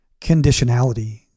conditionality